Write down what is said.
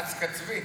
רץ כצבי?